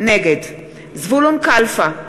נגד זבולון קלפה,